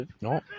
No